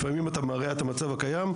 לפעמים אתה מרע את המצב הקיים,